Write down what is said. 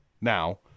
Now